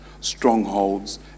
strongholds